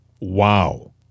Wow